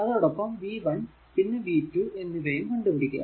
അതോടൊപ്പം v1 പിന്നെ v2 എന്നിവയും കണ്ടു പിടിക്കുക